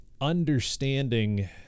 understanding